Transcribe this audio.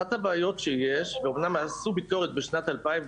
אחת הבעיות שיש ואומנם עשו ביקורת בשנת 2006,